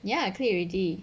ya I click already